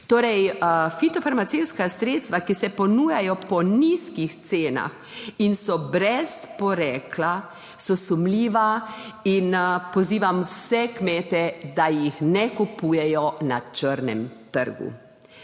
Torej, fitofarmacevtska sredstva, ki se ponujajo po nizkih cenah in so brez porekla, so sumljiva, in pozivam vse kmete, da jih ne kupujejo na črnem trgu.